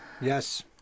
Yes